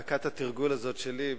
דקת התרגול הזאת שלי,